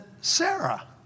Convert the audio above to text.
Sarah